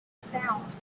sound